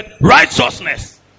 righteousness